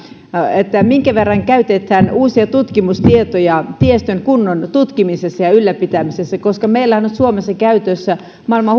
se minkä verran käytetään uusia tutkimustietoja tiestön kunnon tutkimisessa ja ylläpitämisessä koska meillähän on suomessa käytössä maailman